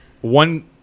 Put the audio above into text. one